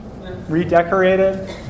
Redecorated